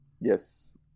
Yes